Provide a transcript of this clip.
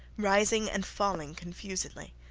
rising and falling confusedly.